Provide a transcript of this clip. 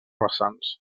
vessants